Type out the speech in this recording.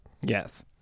Yes